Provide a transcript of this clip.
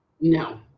No